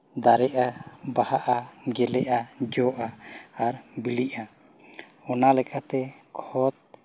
ᱫᱟᱨᱮᱜᱼᱟ ᱵᱟᱦᱟᱜᱼᱟ ᱜᱮᱞᱮᱜᱼᱟ ᱡᱚᱜᱼᱟ ᱟᱨ ᱵᱤᱞᱤᱜᱼᱟ ᱚᱱᱟ ᱞᱮᱠᱟᱛᱮ ᱠᱷᱚᱛ